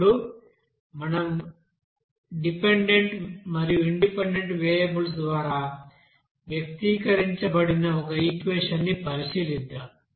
ఇప్పుడు మనం డిపెండెంట్ మరియు ఇండిపెండెంట్ వేరియబుల్స్ ద్వారా వ్యక్తీకరించబడిన ఒక ఈక్వెషన్ ని పరిశీలిద్దాం